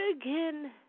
again